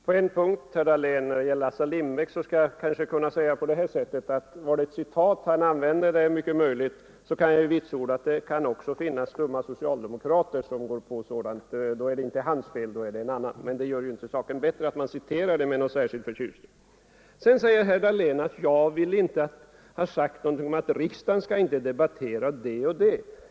Herr talman! På en punkt, herr Dahlén, nämligen när det gäller Assar Lindbeck, kan jag vitsorda att — om det gällde ett citat — det också kan finnas skumma socialdemokrater som låter sig vilseledas. I så fall var det inte herr Dahlén som hade fel utan någon annan. Men det gör ju inte saken bättre att man citerar ett sådant uttalande med stor förtjusning. Sedan sade herr Dahlén att jag skulle ha menat att riksdagen inte skall debattera vissa frågor.